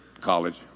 college